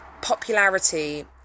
popularity